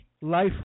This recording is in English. Life